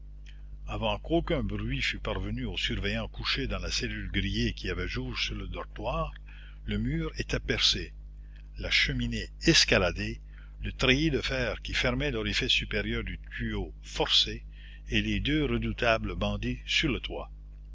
avant qu'aucun bruit fût parvenu au surveillant couché dans la cellule grillée qui avait jour sur le dortoir le mur était percé la cheminée escaladée le treillis de fer qui fermait l'orifice supérieur du tuyau forcé et les deux redoutables bandits sur le toit